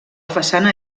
façana